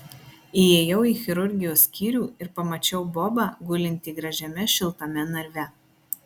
įėjau į chirurgijos skyrių ir pamačiau bobą gulintį gražiame šiltame narve